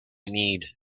need